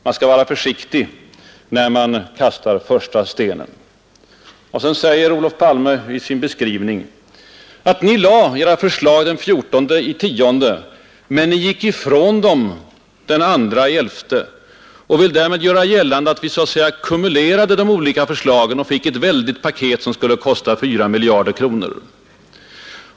Man skall vara försiktig när man kastar första stenen från sitt glashus. Sedan säger Olof Palme i sin beskrivning: Ni lade era förslag den 14 oktober, men ni gick ifrån dem den 2 november. Statsministern vill därmed göra gällande att vi så att säga kumulerade våra olika förslag och fick ett väldigt paket som skulle kosta 4 miljarder kronor.